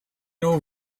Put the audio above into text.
know